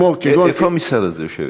איפה המשרד הזה יושב?